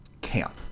camp